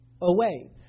away